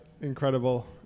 Incredible